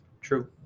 True